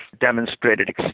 demonstrated